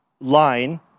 line